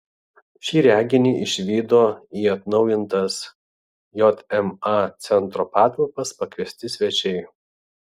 šį reginį išvydo į atnaujintas jma centro patalpas pakviesti svečiai